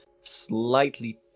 slightly